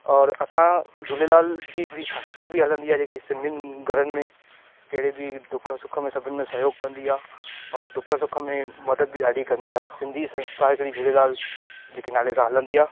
और असां झूलेलाल जी हिकिड़ी संस्था बि हलंदी आहे जा जेकी सिंधियुनि घरनि में कहिड़े बि दुख सुख में सभिनि में सहयोगु कंदी आहे और दुख सुख में मदद बि ॾाढी कंदी आहे सिंधी संस्था हिकिड़ी झूलेलाल जेके नाले सां हलंदी आहे